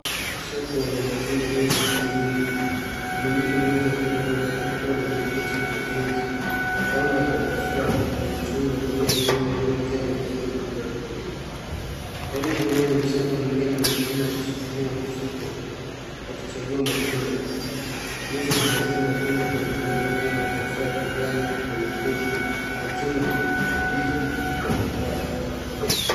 Soko la matunda lenye shughuli nyingi. Mwanamke mmoja akiwa amevaa barakoa na jaketi ya jeans anapanga matofaa na machungwa kwenye meza iliyojaa matunda. Karibu naye msichana mwingine amesimama akishikilia mfuko akichagua matunda. Meza zimejaa matunda mbalimbali kama matofaa ya kijani na mekundu, machungwa, ndizi na papaya.